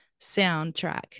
soundtrack